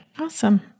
Awesome